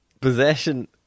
possession